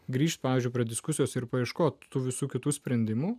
grįš pavyzdžiui prie diskusijos ir paieškotų visų kitų sprendimų